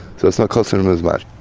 so it's not costing them as much.